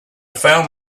found